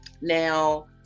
Now